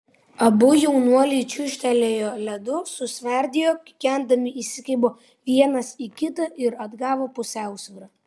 abu jaunuoliai čiūžtelėjo ledu susverdėjo kikendami įsikibo vienas į kitą ir atgavo pusiausvyrą